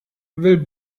will